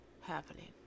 happening